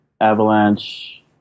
Avalanche